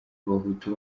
abahutu